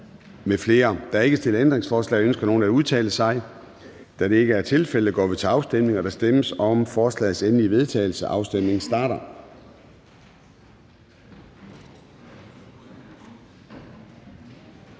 Der er ikke stillet ændringsforslag. Ønsker nogen at udtale sig? Da det ikke er tilfældet, går vi til afstemning. Kl. 09:47 Afstemning Formanden (Søren Gade): Der stemmes om forslagets endelige vedtagelse, og afstemningen starter.